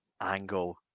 Angle